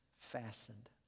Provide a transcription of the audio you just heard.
fastened